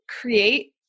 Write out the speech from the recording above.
create